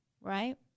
right